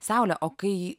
saule o kai